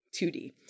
2D